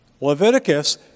Leviticus